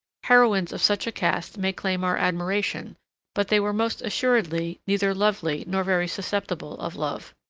heroines of such a cast may claim our admiration but they were most assuredly neither lovely, nor very susceptible of love.